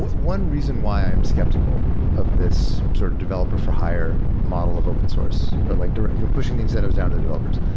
one reason why i am skeptical of this sort of developer for hire model of open source, like you know pushing the incentives does to the developers,